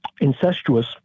incestuous